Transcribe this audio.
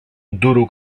duro